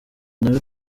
nawe